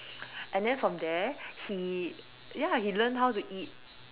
and then from there he ya he learnt how to eat